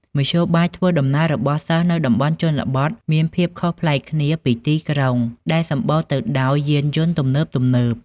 មធ្យោបាយធ្វើដំណើររបស់សិស្សនៅតំបន់ជនបទមានភាពខុសប្លែកគ្នាពីទីក្រុង ដែលសម្បូរទៅដោយយានយន្តទំនើបៗ។